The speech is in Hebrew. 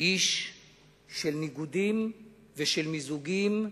איש של ניגודים ושל מיזוגים,